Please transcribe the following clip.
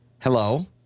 Hello